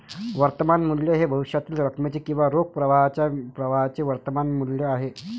वर्तमान मूल्य हे भविष्यातील रकमेचे किंवा रोख प्रवाहाच्या प्रवाहाचे वर्तमान मूल्य आहे